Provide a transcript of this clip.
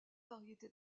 variété